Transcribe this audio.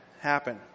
happen